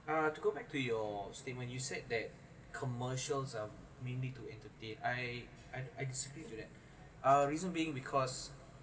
uh to go back to your statement you said that commercials are mainly to entertain I I disagree to that uh reason being because